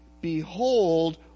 Behold